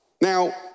Now